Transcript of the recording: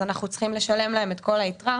אז אנחנו צריכים לשלם להם את כל היתרה,